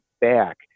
back